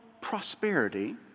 prosperity